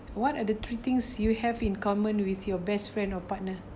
what are the three things you have in common with your best friend or partner